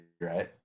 right